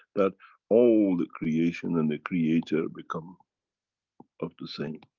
that all the creation and the creator become of the same.